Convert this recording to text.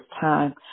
time